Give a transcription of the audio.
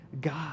God